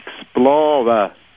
Explorer